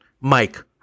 Mike